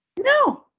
No